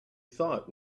thought